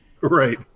right